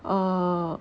err